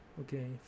Okay